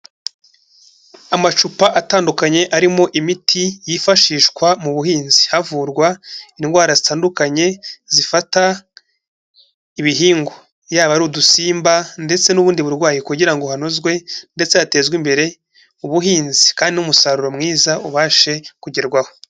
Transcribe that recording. Amacupa atandukanye arimo imiti yifashishwa mu buhinzi havurwa indwara zitandukanye zifata ibihingwa, yaba ari udusimba ndetse n'ubundi burwayi kugira ngo hanozwe ndetse hatezwe imbere ubuhinzi kandi n'umusaruro mwiza ubashe kugerwaho.